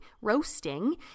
roasting